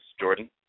Jordan